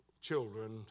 children